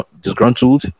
disgruntled